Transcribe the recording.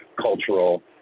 cultural